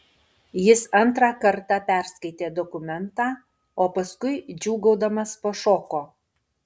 jis antrą kartą perskaitė dokumentą o paskui džiūgaudamas pašoko